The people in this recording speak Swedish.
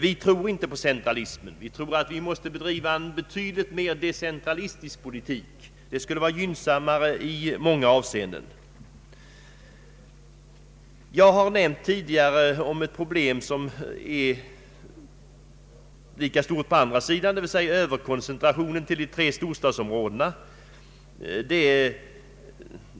Vi tror inte på centralismen. Vi tror att vi måste driva en betydligt mer decentralistisk politik. Detta skulle vara gynnsammare i många avseenden. Jag har tidigare nämnt ett problem som är lika stort fast på motsatt sätt. Jag syftar på överkoncentrationen till de tre storstadsområdena.